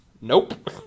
Nope